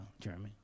Jeremy